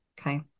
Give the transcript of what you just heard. Okay